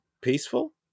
peaceful